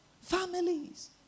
Families